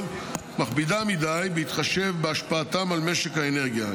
מכבידה מדי בהתחשב בהשפעתם על משק האנרגיה.